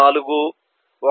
4 1